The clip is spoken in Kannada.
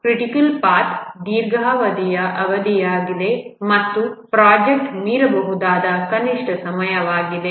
ಕ್ರಿಟಿಕಲ್ ಪಾಥ್ ದೀರ್ಘಾವಧಿಯ ಅವಧಿಯಾಗಿದೆ ಮತ್ತು ಪ್ರಾಜೆಕ್ಟ್ ಮೀರಬಹುದಾದ ಕನಿಷ್ಠ ಸಮಯವಾಗಿದೆ